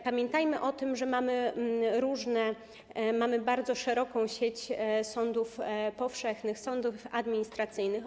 Pamiętajmy o tym, że mamy bardzo szeroką sieć sądów powszechnych, sądów administracyjnych.